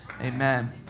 Amen